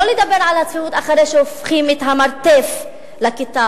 לא לדבר על הצפיפות אחרי שהופכים את המרתף לכיתה